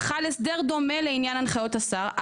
חל הסדר דומה לעניין הנחיות השר,